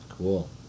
Cool